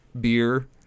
beer